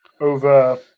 over